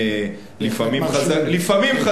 לפעמים,